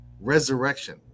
resurrection